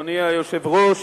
אדוני היושב-ראש,